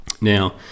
now